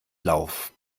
lauf